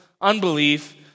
unbelief